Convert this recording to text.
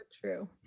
True